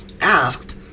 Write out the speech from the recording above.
asked